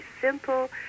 simple